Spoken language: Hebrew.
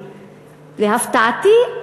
להפתעתי,